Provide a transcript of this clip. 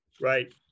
Right